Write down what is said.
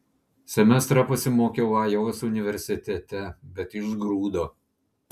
semestrą pasimokiau ajovos universitete bet išgrūdo